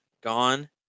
gone